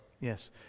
Yes